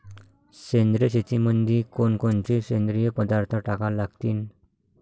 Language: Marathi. सेंद्रिय शेतीमंदी कोनकोनचे सेंद्रिय पदार्थ टाका लागतीन?